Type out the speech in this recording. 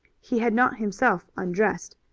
he had not himself undressed,